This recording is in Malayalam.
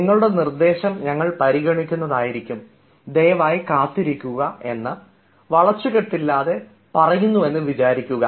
നിങ്ങളുടെ നിർദ്ദേശം ഞങ്ങൾ പരിഗണിക്കുന്നതായിരിക്കും ദയവായി കാത്തിരിക്കുക എന്ന് വളച്ചുകെട്ടില്ലാതെ പറയുന്നു എന്ന് വിചാരിക്കുക